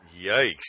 Yikes